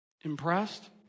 Impressed